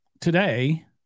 today